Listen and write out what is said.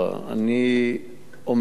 אני אומר את זה באחריות: